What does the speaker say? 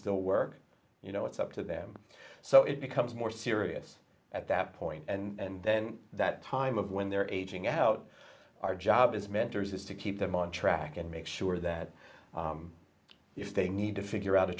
still work you know it's up to them so it becomes more serious at that point and then that time of when they're aging out our job as mentors is to keep them on track and make sure that if they need to figure out a